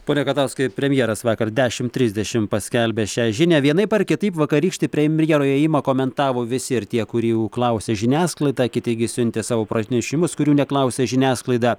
pone katauskai premjeras vakar dešimt trisdešimt paskelbė šią žinią vienaip ar kitaip vakarykštį premjero ėjimą komentavo visi ir tie kurių klausė žiniasklaida kiti gi siuntė savo pranešimus kurių neklausė žiniasklaida